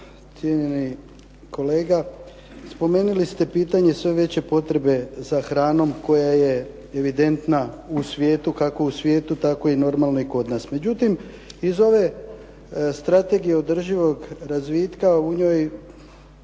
cijenjeni kolega spomenuli ste pitanje sve veće potrebe za hranom koja je evidentna u svijetu kako u svijetu tako i normalno kod nas. Međutim, iz ove Strategije održivog razvitka u njoj